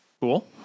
Cool